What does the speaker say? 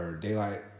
daylight